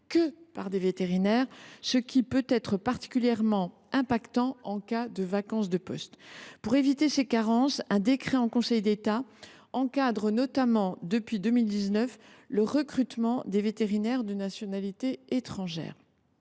que par des vétérinaires, ce qui peut être particulièrement gênant en cas de vacance de poste. Pour éviter ces carences, un décret en Conseil d’État encadre notamment, depuis 2019, le recrutement de vétérinaires de nationalité étrangère.